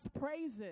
praises